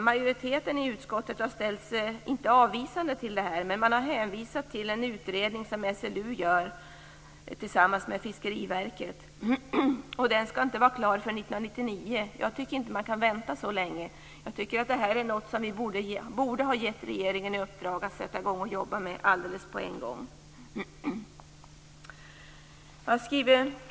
Majoriteten i utskottet har inte ställt sig avvisande till detta, men den har hänvisat till en utredning som SLU gör tillsammans med Fiskeriverket. Utredningen skall inte vara klar förrän 1999. Jag tycker inte att man kan vänta så länge. Jag tycker att detta är något som vi borde ha gett regeringen i uppdrag att arbeta med på en gång.